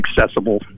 accessible